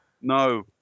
No